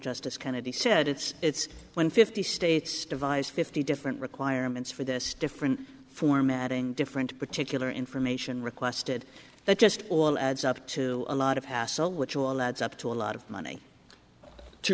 justice kennedy said it's it's when fifty states devise fifty different requirements for this different formatting different particular information requested that just all adds up to a lot of hassle which will add up to a lot of money t